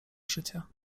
życia